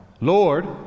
Lord